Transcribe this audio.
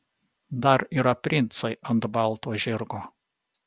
dar yra princai ant balto žirgo